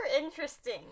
interesting